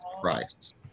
christ